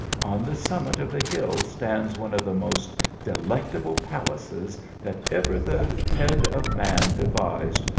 on the sum mit of the hill stands one of the most delectable pal aces that ever the head of man devised,